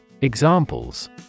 Examples